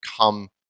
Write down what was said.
come